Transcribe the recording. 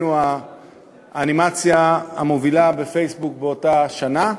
היינו האנימציה המובילה בפייסבוק באותה שנה.